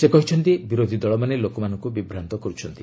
ସେ କହିଛନ୍ତି ବିରୋଧୀ ଦଳମାନେ ଲୋକମାନଙ୍କୁ ବିଭ୍ରାନ୍ତ କର୍ତ୍ଛନ୍ତି